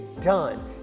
done